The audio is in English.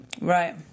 Right